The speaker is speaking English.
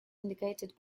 indicated